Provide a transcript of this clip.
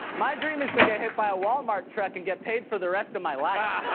my dream is to get hit by a wal-mart truck and get paid for the rest of my life.